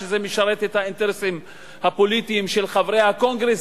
שזה משרת את האינטרסים הפוליטיים של חברי הקונגרס,